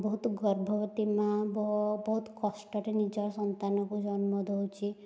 ବହୁତୁ ଗର୍ଭବତୀ ମା' ବ ବହୁତ କଷ୍ଟରେ ନିଜର ସନ୍ତାନକୁ ଜନ୍ମ ଦେଉଛି